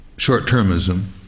Short-termism